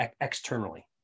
externally